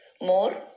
more